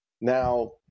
Now